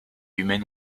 humaine